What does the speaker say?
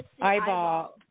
eyeball